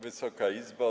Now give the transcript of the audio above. Wysoka Izbo!